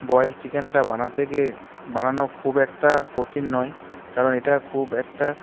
boiled চিকেনটা বানাতে গিয়ে বানানো খুব একটা কঠিন নয় কারণ এটা খুব একটা